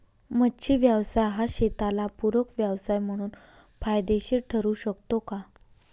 मच्छी व्यवसाय हा शेताला पूरक व्यवसाय म्हणून फायदेशीर ठरु शकतो का?